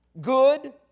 good